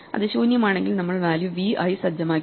അത് ശൂന്യമാണെങ്കിൽ നമ്മൾ വാല്യൂ v ആയി സജ്ജമാക്കി